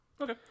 Okay